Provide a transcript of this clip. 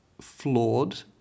flawed